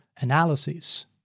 analyses